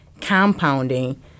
compounding